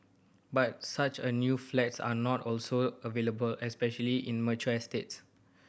but such a new flats are not also available especially in mature estates